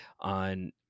on